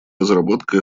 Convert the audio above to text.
разработка